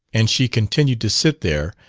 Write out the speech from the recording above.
and she continued to sit there,